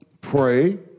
Pray